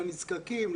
לנזקקים,